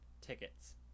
tickets